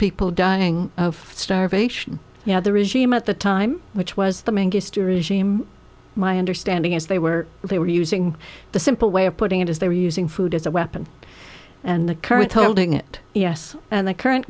people dying of starvation you know the regime at the time which was the main gets to regime my understanding is they were they were using the simple way of putting it is they were using food as a weapon and the current holding it yes and the current